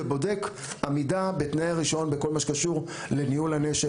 והוא בודק עמידה בתנאי הרישיון בכל מה שקשור לניהול הנשק,